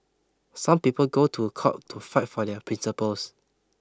some people go to court to fight for their principles